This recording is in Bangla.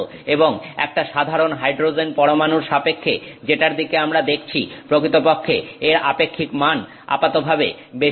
এবং একটা সাধারণ হাইড্রোজেন পরমাণুর সাপেক্ষে যেটার দিকে আমরা দেখছি প্রকৃতপক্ষে এর আপেক্ষিক মান আপাতভাবে বেশি হয়